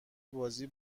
بازی